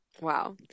Wow